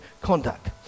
conduct